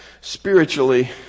spiritually